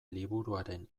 liburuaren